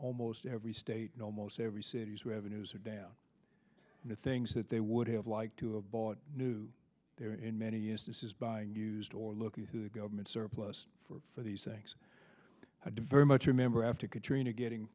almost every state and almost every city's revenues are down and the things that they would have liked to have bought new there in many years this is buying used or looking through the government surplus for these things i did very much remember after katrina getting